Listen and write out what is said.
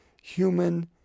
human